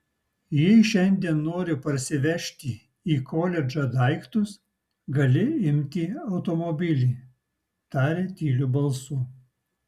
jei šiandien nori parsivežti į koledžą daiktus gali imti automobilį tarė tyliu balsu